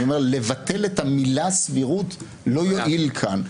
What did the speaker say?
אני אומר: לבטל את המילה סבירות לא יועיל כאן.